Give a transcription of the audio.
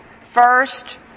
First